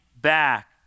back